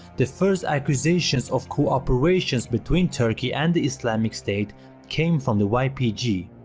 the first accusations of cooperations between turkey and the islamic state came from the ypg.